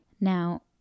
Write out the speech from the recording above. Now